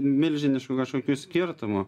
milžiniškų kažkokių skirtumų